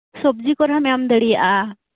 ᱥᱚᱵᱡᱤ ᱠᱚᱨᱮ ᱦᱚᱸᱭᱮᱢ ᱮᱢ ᱫᱟᱲᱤᱭᱟᱜᱼᱟ